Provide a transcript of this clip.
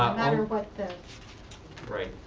um matter what the right.